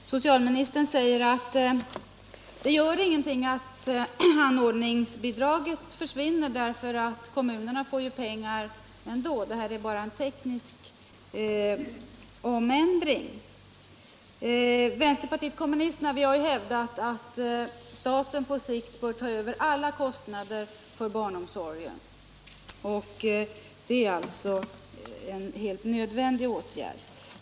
Herr talman! Socialministern säger att det inte gör någonting att anordningsbidraget försvinner, därför att kommunerna ändå får pengar och att det bara gäller en teknisk omändring. Vänsterpartiet kommunisterna har hävdat att staten på sikt bör ta över alla kostnader för barnomsorgen, och det är en helt nödvändig åtgärd.